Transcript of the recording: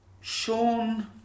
Sean